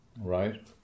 Right